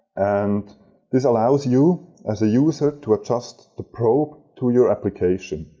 and this allows you as a user to adjust the probe to your application.